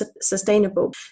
sustainable